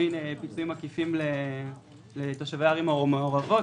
פיצויים עקיפים לתושבי הערים המעורבות,